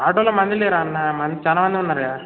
ఆటోలో మంది లేరా అన్న మంది చాలా మంది ఉన్నారు కదా